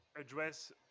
address